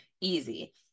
easy